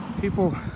People